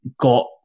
got